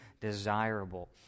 desirable